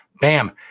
Bam